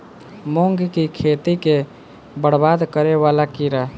मूंग की खेती केँ बरबाद करे वला कीड़ा?